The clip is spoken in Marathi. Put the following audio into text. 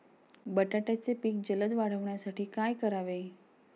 बटाट्याचे पीक जलद वाढवण्यासाठी काय करावे?